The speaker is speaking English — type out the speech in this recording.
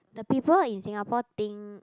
the people in Singapore think